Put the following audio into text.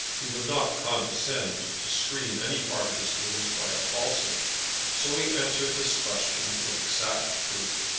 he would not condescend to screen any part of his doings by a falsehood so he answered this question with exact truth.